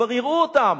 כבר יראו אותם,